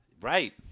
Right